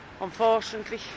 unfortunately